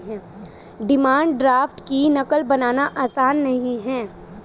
demand draft की नक़ल बनाना आसान नहीं है